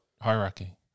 hierarchy